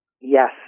yes